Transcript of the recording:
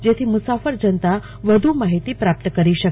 જેથી મસાફરો જનતા વધુ માહિતી પ્રાપ્ત કરી શક